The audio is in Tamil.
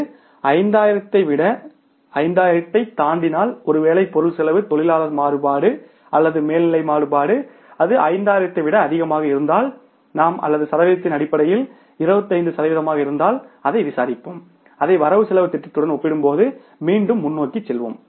இது 5000 ஐ விட 5000 ஐத் தாண்டினால் ஒருவேலை பொருள் செலவு தொழிலாளர் மாறுபாடு அல்லது மேல்நிலை மாறுபாடு அது 5000 ஐ விட அதிகமாக இருந்தால் நாம் அல்லது சதவீதத்தின் அடிப்படையில் 25 சதவீதமாக இருந்தால் அதை விசாரிப்போம் அதை வரவுசெலவுத் திட்டத்துடன் ஒப்பிடும்போது மீண்டும் முன்னோக்கிச் செல்வோம்